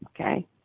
okay